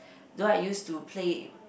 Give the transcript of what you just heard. though I used to play